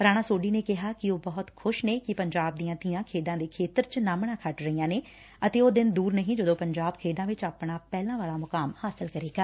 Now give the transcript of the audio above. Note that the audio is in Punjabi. ਰਾਣਾ ਸੋਢੀ ਨੇ ਕਿਹਾ ਕਿ ਉਹ ਬਹੁਤ ਖੁਸ਼ ਨੇ ਕਿਹਾ ਕਿ ਪੰਜਾਬ ਦੀਆਂ ਧੀਆਂ ਖੇਡਾਂ ਦੇ ਖੇਤਰ ਵਿਚ ਨਾਮਣਾ ਖੱਟ ਰਹੀਆਂ ਨੇ ਅਤੇ ਉਹ ਦਿਨ ਦੁਰ ਨਹੀਂ ਜਦੋਂ ਪੰਜਾਬ ਖੇਡਾਂ ਵਿਚ ਆਪਣਾ ਪਹਿਲਾਂ ਵਾਲਾ ਮੁਕਾਮ ਹਾਸਲ ਕਰੇਗਾ